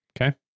okay